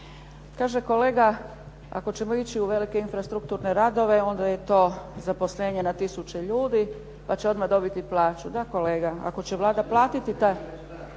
Kaže kolega ako ćemo ići u velike infrastrukturne radove onda je to zaposlenje na tisuće ljudi pa će odmah dobiti plaću. Da kolega, ako će Vlada platiti